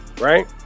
right